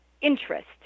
interest